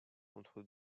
contre